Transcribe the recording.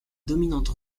dominante